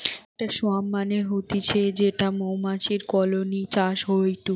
ইকটা সোয়ার্ম মানে হতিছে যেটি মৌমাছির কলোনি চাষ হয়ঢু